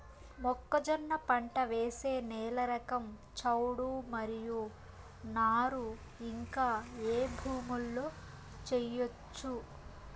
మొక్కజొన్న పంట వేసే నేల రకం చౌడు మరియు నారు ఇంకా ఏ భూముల్లో చేయొచ్చు?